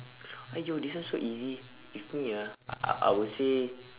!aiyo! this one so easy if me ah I I I would say